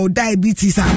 diabetes